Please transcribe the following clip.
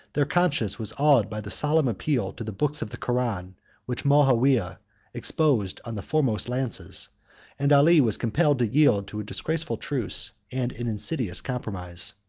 their conscience was awed by the solemn appeal to the books of the koran which moawiyah exposed on the foremost lances and ali was compelled to yield to a disgraceful truce and an insidious compromise.